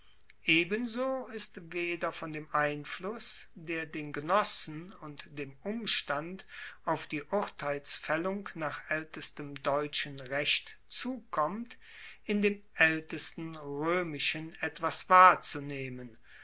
ebenso ist weder von dem einfluss der den genossen und dem umstand auf die urteilsfaellung nach aeltestem deutschen recht zukommt in dem aeltesten roemischen etwas wahrzunehmen